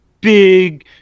Big